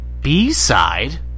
B-side